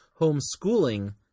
homeschooling